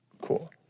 cool